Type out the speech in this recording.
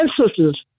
ancestors